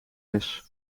mis